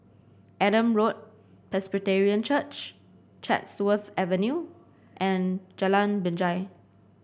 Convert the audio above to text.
Adam Road Presbyterian Church Chatsworth Avenue and Jalan Binjai